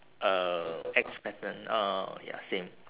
uh X pattern oh ya same